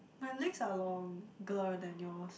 my legs are longer than yours